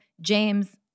James